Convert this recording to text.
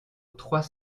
trois